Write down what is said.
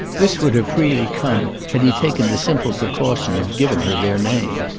this would have freely come had he taken the simple precaution of giving her their name.